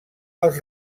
als